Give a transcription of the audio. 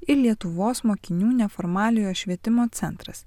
ir lietuvos mokinių neformaliojo švietimo centras